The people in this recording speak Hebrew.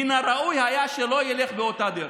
מן הראוי היה שלא ילך באותה דרך.